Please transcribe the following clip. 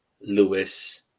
Lewis